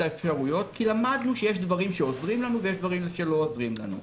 האפשרויות כי למדנו שיש דברים שעוזרים לנו ויש דברים שלא עוזרים לנו.